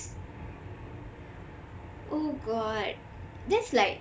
oh god that's like